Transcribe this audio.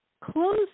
Close